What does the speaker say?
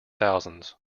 thousands